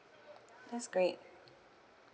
that's great